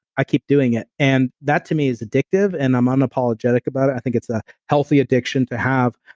i keep doing it, and that to me is addictive and i'm unapologetic about it. i think it's the healthy addiction to have,